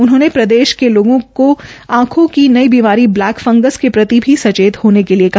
उन्होंने प्रदेश के लोगों को आंखों की नई बीमारी ब्लैक फंगस के प्रति भी सचेत होने के लिए कहा